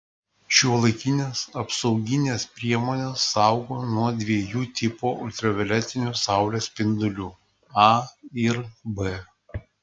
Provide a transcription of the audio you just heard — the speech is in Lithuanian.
šiuolaikinės apsauginės priemonės saugo nuo dviejų tipų ultravioletinių saulės spindulių a ir b